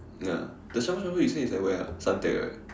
nah the shabu-shabu you say is at where ah Suntec right